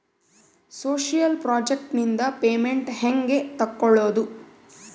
Social project ನಿಂದ payment ಹೆಂಗೆ ತಕ್ಕೊಳ್ಳದು?